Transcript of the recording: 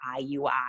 IUI